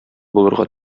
булырга